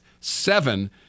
seven